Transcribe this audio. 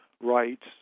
rights